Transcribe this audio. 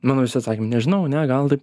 mano visi atsakymai nežinau ne gal taip